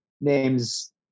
names